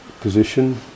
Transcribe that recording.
position